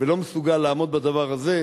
ולא מסוגל לעמוד בדבר הזה,